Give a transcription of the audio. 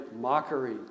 mockery